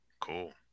cool